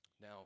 Now